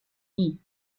nie